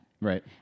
Right